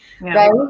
right